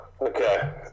Okay